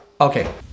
Okay